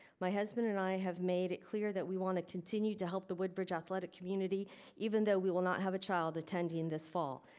my husband and i have made it clear that we want to continue to help the woodbridge athletic community even though we will not have a child attending this fall.